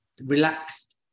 relaxed